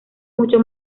mucho